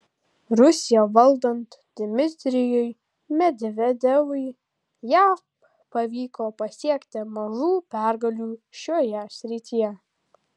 rusiją valdant dmitrijui medvedevui jav pavyko pasiekti mažų pergalių šioje srityje